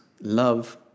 love